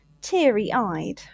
teary-eyed